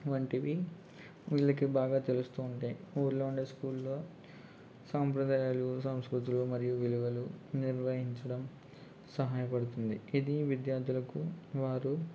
వంటివి వీళ్ళకి బాగా తెలుస్తూ ఉంటాయి ఊళ్ళో ఉండే స్కూల్లో సాంప్రదాయాలు సంస్కృతులు మరియు విలువలు నిర్వహించడం సహాయపడుతుంది ఇది విద్యార్థులకు వారు